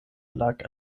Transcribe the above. lag